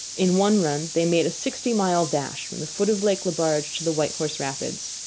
in one run they made a sixty-mile dash from the foot of lake le barge to the white horse rapids.